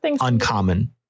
uncommon